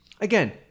again